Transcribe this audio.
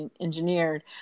engineered